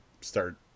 start